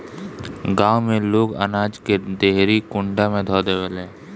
गांव में लोग अनाज के देहरी कुंडा में ध देवेला